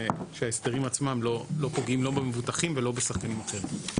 ושההסכמים עצמם לא פוגעים לא במבוטחים ולא בשחקנים אחרים.